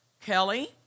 Kelly